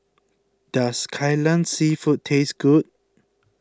does Kai Lan Seafood taste good